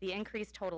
the increased total